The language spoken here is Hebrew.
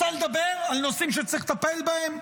רוצה לדבר על נושאים שצריך לטפל בהם?